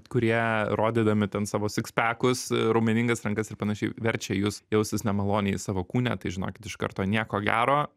kurie rodydami ten savo sikspakus raumeningas rankas ir panašiai verčia jus jaustis nemaloniai savo kūne tai žinokit iš karto nieko gero